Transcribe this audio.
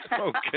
Okay